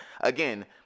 again